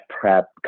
PrEP